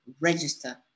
register